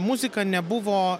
muzika nebuvo